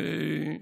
תפרט,